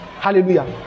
Hallelujah